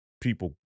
people